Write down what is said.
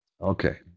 Okay